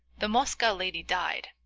the moscow lady died,